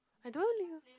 I don't really know